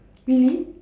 really